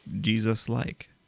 Jesus-like